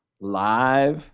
Live